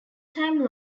time